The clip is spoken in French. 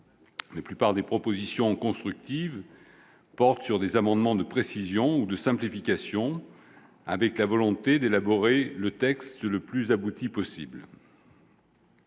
La plupart des propositions constructives consistent en des amendements de précision ou de simplification, inspirés par la volonté d'élaborer le texte le plus abouti possible.